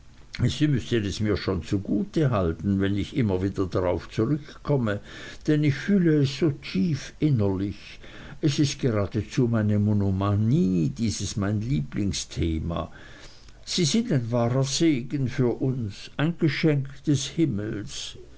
sie müssen es mir schon zugute halten wenn ich immer wieder darauf zurückkomme denn ich fühle es so tief innerlich es ist geradezu meine monomanie dieses mein lieblingsthema sie sind ein wahrer segen für uns ein geschenk des himmels